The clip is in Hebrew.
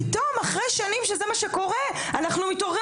פתאום אחרי שנים שזה מה שקורה אנחנו מתעוררים